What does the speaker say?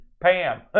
Pam